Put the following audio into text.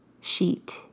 sheet